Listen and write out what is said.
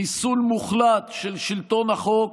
חיסול מוחלט של שלטון החוק